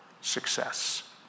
success